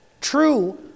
True